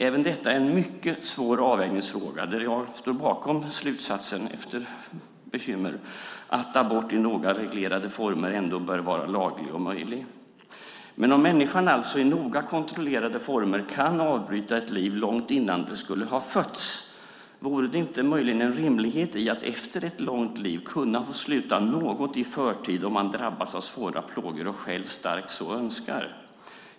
Även detta är en mycket svår avvägningsfråga, där jag efter bekymmer står bakom slutsatsen att abort i noga reglerade former ändå bör vara laglig och möjlig. Men om människan alltså i noga kontrollerade former kan avbryta ett liv långt innan det skulle ha fötts, finns det då möjligen inte en rimlighet i att efter ett långt liv kunna få sluta något i förtid om man drabbas av svåra plågor och själv starkt så önskar?